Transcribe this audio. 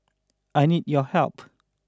I need your help